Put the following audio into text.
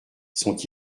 sont